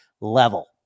level